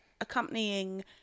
accompanying